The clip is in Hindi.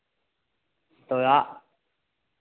तो आ